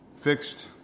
fixed